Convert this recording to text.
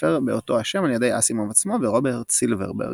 ספר באותו השם על ידי אסימוב עצמו ורוברט סילברברג,